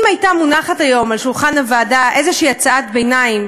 אם הייתה מונחת היום על שולחן הוועדה איזושהי הצעת ביניים,